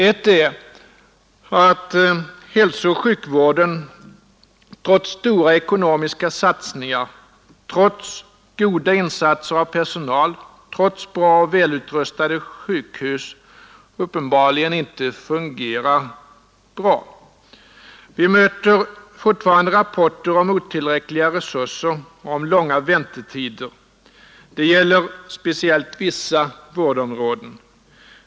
Ett är att hälsooch sjukvården trots stora ekonomiska satsningar, trots goda insatser av personal, trots bra och välutrustade sjukhus, uppenbarligen inte fungerar bra. Vi möter fortfarande rapporter om otillräckliga resurser och om långa väntetider. Det gäller speciellt vissa vårdområden.